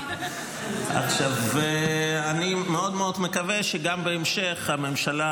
אני מאוד מאוד מקווה שגם בהמשך